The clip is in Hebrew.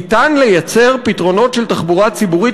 ניתן לייצר פתרונות של תחבורה ציבורית